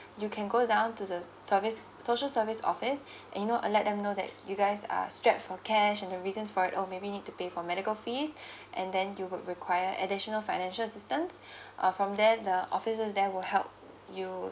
you can go down to the ser~ service social service office uh you know uh let them know that you guys are strapped for cash and the reasons for it or maybe need to pay for medical fees and then you would require additional financial assistance uh from there the officers there will help you